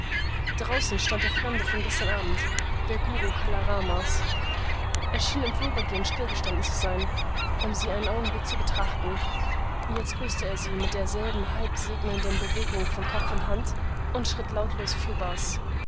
draußen stand der fremde von gestern abend der guru kala ramas er schien im vorübergehen still gestanden zu sein um sie einen augenblick zu betrachten jetzt grüßte er sie mit derselben halb segnenden bewegung von kopf und hand und schritt lautlos fürbaß